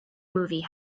movie